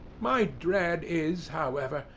my dread is, however,